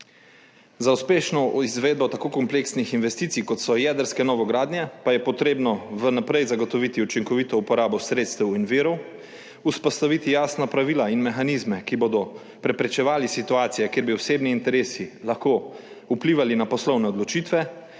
Za uspešno izvedbo tako kompleksnih investicij, kot so jedrske novogradnje, pa je potrebno vnaprej zagotoviti učinkovito uporabo sredstev in virov, vzpostaviti jasna pravila in mehanizme, ki bodo preprečevali situacije, kjer bi osebni interesi lahko vplivali na poslovne odločitve,